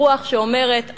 ברוח שאומרת,